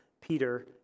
Peter